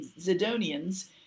Zidonians